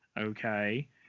Okay